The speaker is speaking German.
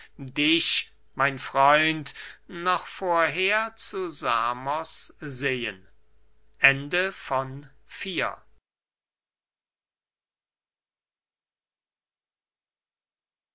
dich mein freund noch vorher zu samos sehen